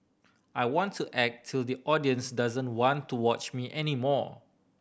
I want to act till the audience doesn't want to watch me any more